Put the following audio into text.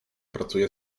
pracuje